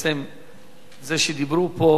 שדיברו פה